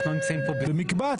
אנחנו לא נמצאים פה ב --- במקבץ,